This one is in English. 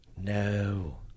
No